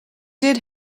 did